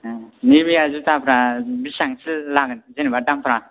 Nivea जुथाफ्रा बिसिबांसो लागोन जेनेबा दामफ्रा